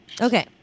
Okay